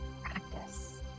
practice